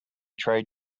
trade